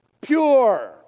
pure